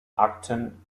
akten